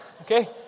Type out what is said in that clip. Okay